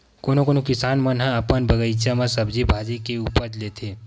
कोनो कोनो किसान मन ह अपन बगीचा म सब्जी भाजी के उपज लेथे